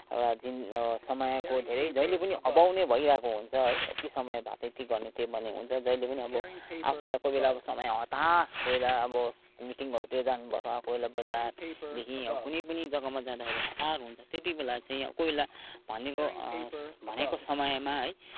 एउटा जिन एउटा समयको धेरै जहिले पनि अभाव नै भइरहेको हुन्छ है यति समय भए त यति गर्ने थिएँ भन्ने हुन्छ जहिले पनि अब आफूलाई कोही बेला अब समय हतार कोही बेला अब मिटिङहरूतिर जानुपर्छ कोही बेला बजारदेखि अब कुनै पनि जग्गामा जाँदाखेरि हतार हुन्छ त्यति बेला चाहिँ अब कोही बेला भनेको भनेको समयमा है